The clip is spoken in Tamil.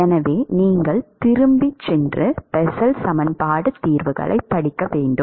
எனவே நீங்கள் திரும்பிச் சென்று பெசல் சமன்பாடு தீர்வுகளைப் படிக்க வேண்டும்